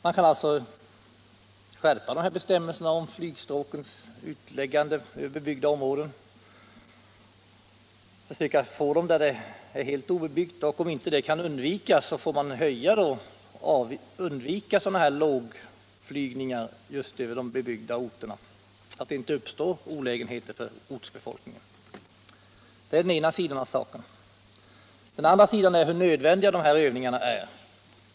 Man kan alltså skärpa bestämmelserna om flygstråkens utläggande över bebyggda områden så att det inte uppstår olägenheter för ortsbefolkningen. Det är den ena sidan av saken. Den andra är frågan hur nödvändiga dessa övningar är.